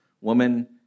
woman